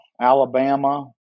Alabama